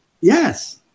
Yes